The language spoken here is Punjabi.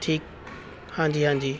ਠੀਕ ਹਾਂਜੀ ਹਾਂਜੀ